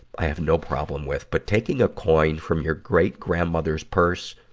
i have no problem with. but taking a coin from your great-grandmother's purse,